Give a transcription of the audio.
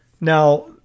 Now